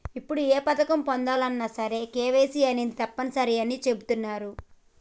ఇప్పుడు ఏ పథకం పొందాలన్నా సరే కేవైసీ అనేది తప్పనిసరి అని చెబుతున్నరు